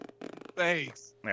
Thanks